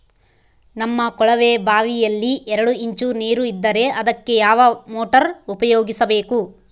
ನಮ್ಮ ಕೊಳವೆಬಾವಿಯಲ್ಲಿ ಎರಡು ಇಂಚು ನೇರು ಇದ್ದರೆ ಅದಕ್ಕೆ ಯಾವ ಮೋಟಾರ್ ಉಪಯೋಗಿಸಬೇಕು?